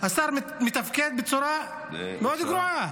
השר מתפקד בצורה מאוד גרועה.